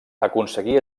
aconseguí